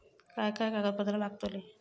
काय काय कागदपत्रा लागतील?